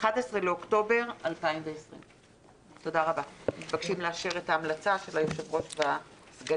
11 באוקטובר 2020. אתם מתבקשים לאשר את ההמלצה של היושב-ראש והסגנים.